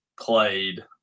played